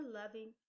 loving